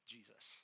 Jesus